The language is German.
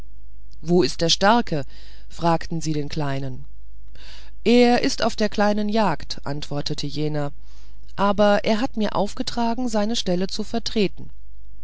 wo ist der starke fragten sie den kleinen er ist auf der kleinen jagd antwortete jener aber er hat mir aufgetragen seine stelle zu versehen